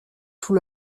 tout